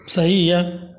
सही यए